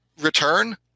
return